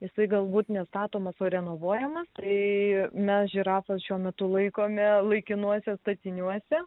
jisai galbūt ne statomas o renovuojamas tai mes žirafas šiuo metu laikome laikinuose statiniuose